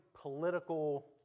political